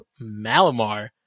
Malamar